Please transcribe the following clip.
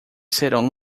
serão